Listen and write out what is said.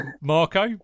Marco